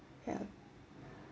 ya